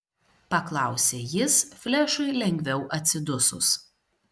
paklausė jis flešui lengviau atsidusus